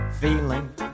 feeling